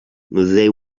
they